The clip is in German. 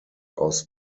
aus